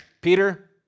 Peter